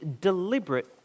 deliberate